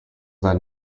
that